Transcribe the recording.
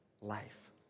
life